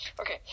okay